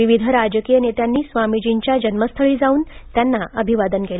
विविध राजकीय नेत्यांनी स्वामीजीच्या जन्मस्थळी जाऊन त्यांना अभिवादन केलं